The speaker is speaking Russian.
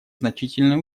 значительные